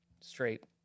straight